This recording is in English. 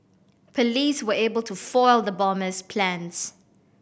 police were able to foil the bomber's plans